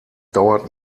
dauert